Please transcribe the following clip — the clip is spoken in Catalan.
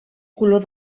color